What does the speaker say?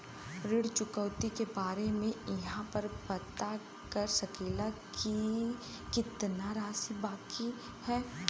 ऋण चुकौती के बारे इहाँ पर पता कर सकीला जा कि कितना राशि बाकी हैं?